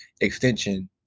extension